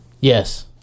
Yes